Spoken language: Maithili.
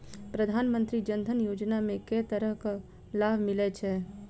प्रधानमंत्री जनधन योजना मे केँ तरहक लाभ मिलय छै?